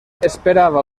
esperava